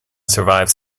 survives